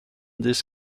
this